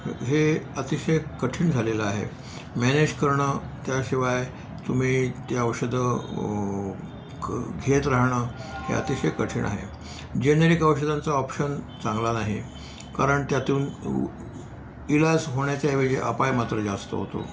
हे अतिशय कठीण झालेलं आहे मॅनेज करणं त्याशिवाय तुम्ही ती औषधं क घेत राहणं हे अतिशय कठीण आहे जेनेरिक औषधांचा ऑप्शन चांगला नाही कारण त्यातून इलाज होण्याच्या ऐवजी अपाय मात्र जास्त होतो